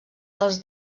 als